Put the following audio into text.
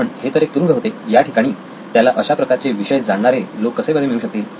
पण हे तर एक तुरुंग होते या ठिकाणी त्याला अशा प्रकारचे विषय जाणणारे लोक कसे बरे मिळू शकतील